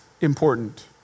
important